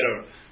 better